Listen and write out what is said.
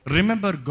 Remember